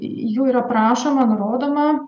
jų yra prašoma nurodoma